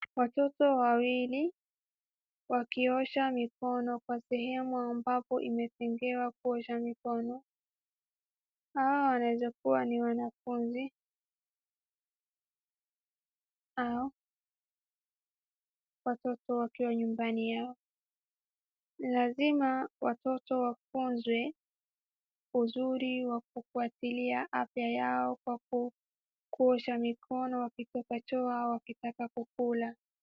Watoto wawili wakiosha mikono kwa sehemu ambapo imetengewa kuosha mikono, hawa wanaweza kuwa ni wanafunzi au watoto wakiwa nyumbani yao, lazima watoto wafunzwe uzuri wa kufuatilia afya yao kuosha mikono wakitoka choo au wakitaka kukula.